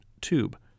tube